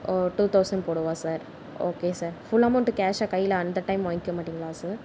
ஓ two thousand போடவா sir okay sir full amount கேஷாக கையில் அந்த டைம் வாங்கிக்க மாட்டிங்களா சார்